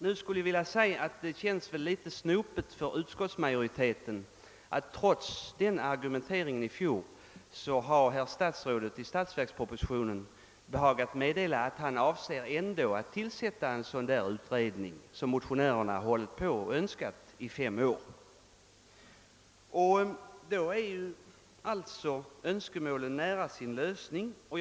Nu skulle jag vilja säga att det väl känns litet snopet för utskottsmajoriteten att herr statsrådet — trots utskottets argumentering i fjol — i årets statsverksproposition behagat meddela att han ändå avser att tillsätta en sådan utredning som motionärerna Önskat i fem år. Då är alltså önskemålen på väg att bli tillgodosedda.